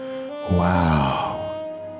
Wow